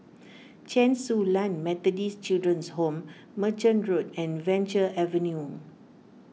Chen Su Lan Methodist Children's Home Merchant Road and Venture Avenue